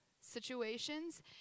situations